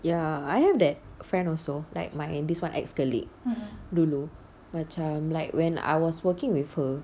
ya I have that friend also like my this one ex colleague dulu macam like when I was working with her